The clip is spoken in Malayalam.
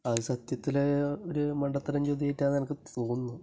അത് സത്യത്തിൽ ഒരു മണ്ടത്തരം ചോദ്യമായിട്ടാണ് എനിക്ക് തോന്നുന്നത്